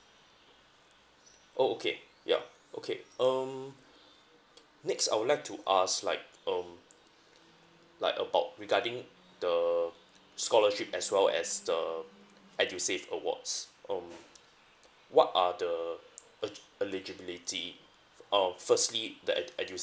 oh okay ya okay um t~ next I would like to ask like um like about regarding the scholarship as well as the edusave awards um what are the egi~ eligibility f~ uh firstly the edu~ edusave